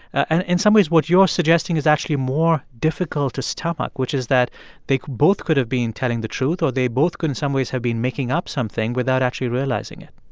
and in some ways, what you're suggesting is actually more difficult to stomach, which is that they both could have been telling the truth or they both could in some ways have been making up something without actually realizing it